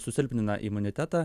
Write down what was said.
susilpnina imunitetą